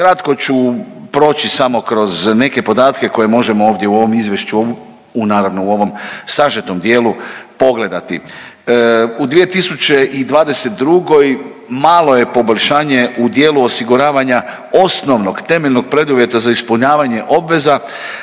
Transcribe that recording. kratko ću proći samo kroz neke podatke koje možemo ovdje u ovom izvješću u naravno u ovom sažetom dijelu pogledati. U 2022. malo je poboljšanje u dijelu osiguravanja osnovnog temeljnog preduvjeta za ispunjavanje obveza,